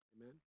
Amen